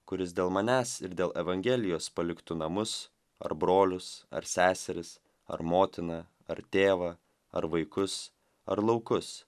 kuris dėl manęs ir dėl evangelijos paliktų namus ar brolius ar seseris ar motiną ar tėvą ar vaikus ar laukus